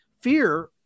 fear